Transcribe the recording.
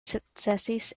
sukcesis